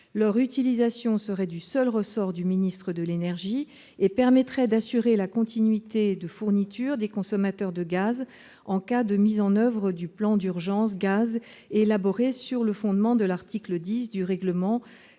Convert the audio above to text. ces stocks serait du seul ressort du ministre de l'énergie et permettrait d'assurer la continuité de fourniture des consommateurs de gaz en cas de mise en oeuvre du plan d'urgence « gaz » élaboré sur le fondement de l'article 10 du règlement n°